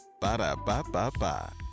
Ba-da-ba-ba-ba